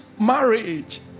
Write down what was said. marriage